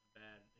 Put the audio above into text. bad